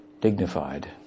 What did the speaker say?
dignified